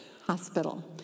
hospital